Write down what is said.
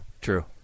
true